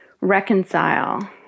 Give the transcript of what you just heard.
reconcile